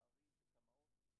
נושא העגורנים וחברות המפעילות אותם.